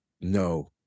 No